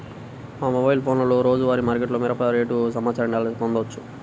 మా మొబైల్ ఫోన్లలో రోజువారీ మార్కెట్లో మిరప రేటు సమాచారాన్ని ఎలా పొందవచ్చు?